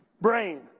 brain